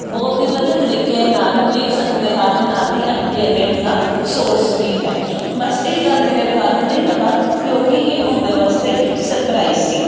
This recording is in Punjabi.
ਬਹੁਤ ਹੀ ਵਧੀਆ ਤਰੀਕੇ ਨਾਲ ਵੇਖ ਸਕਦੇ ਹਾਂ ਅਤੇ ਨਾਲ ਹੀ ਐਂਟਰਟੇਨਮੈਂਟ ਦਾ ਸੋਰਸ ਵੀ ਹੈ ਬਸ ਇਹ ਗੱਲ ਮੇਰੇ ਭਰਾ ਨੂੰ ਨਹੀਂ ਪਤਾ ਕਿਉਂਕਿ ਇਹ ਉਹਦੇ ਵਾਸਤੇ ਸਪਰਾਈਜ ਸੀ